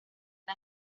las